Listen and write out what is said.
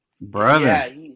brother